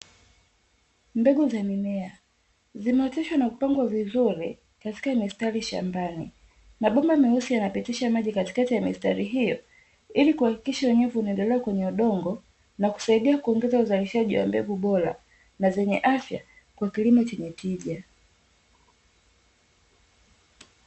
Mbegu za mimea zimeoteshwa na kupangwa vizuri katika mistari shambani. Mabomba meusi yanapitisha maji katikati ya mistari hiyo ili kuhakikisha unyevu unaendelea kwenye udongo na kusaidia uzalishaji wa mbegu bora na zenye afya kwa kilimo chenye tija.